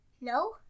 No